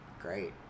Great